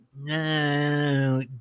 no